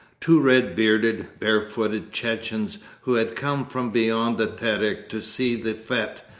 two red-bearded, barefooted chechens, who had come from beyond the terek to see the fete,